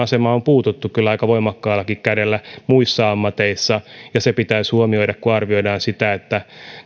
asemaan on puututtu kyllä aika voimakkaallakin kädellä muissa ammateissa ja se pitäisi huomioida kun arvioidaan sitä että